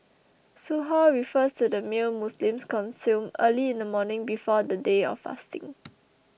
Suhoor refers to the meal Muslims consume early in the morning before the day of fasting